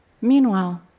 Meanwhile